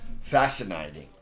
fascinating